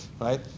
right